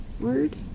word